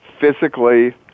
physically